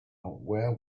where